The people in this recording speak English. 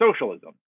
socialism